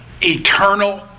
Eternal